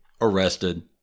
arrested